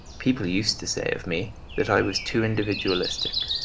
people used to say of me that i was too individualistic.